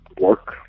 work